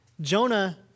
Jonah